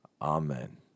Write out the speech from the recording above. Amen